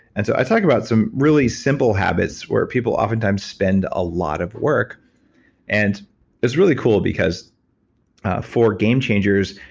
and so, i talk about some really simple habits where people oftentimes spend a lot of work and it was really cool because for game changers,